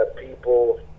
people